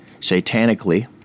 satanically